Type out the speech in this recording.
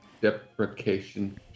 deprecation